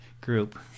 group